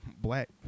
black